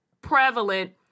prevalent